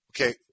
okay